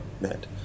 met